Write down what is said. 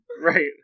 right